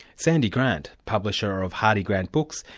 sandy grant, publisher of hardy grant books,